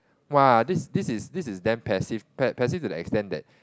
!wah! this this is this is damn passive passive to the extent that